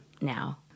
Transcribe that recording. now